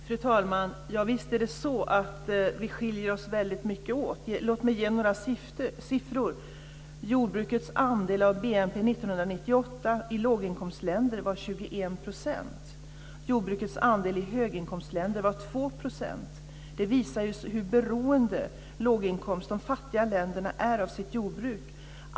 Fru talman! Ja, visst är det så att länderna skiljer sig väldigt mycket åt. Låt mig ge några siffror. Jordbrukets andel av BNP 1998 i låginkomstländer var 21 %. Jordbrukets andel i höginkomstländer var 2 %. Det visar hur beroende de fattiga länderna är av sitt jordbruk.